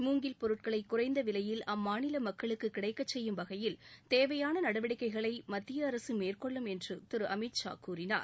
மூங்கில் பொருட்களை குறைந்த விலையில் அம்மாநில மக்களுக்கு கிடைக்க செய்யும் வகையில் தேவையான நடவடிக்கைகளை மத்திய அரசு மேற்கொள்ளும் என்று அமித்ஷா கூறினார்